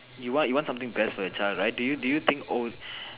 you want you want something best for your child right do you do you think old